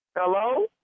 Hello